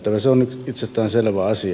se on itsestään selvä asia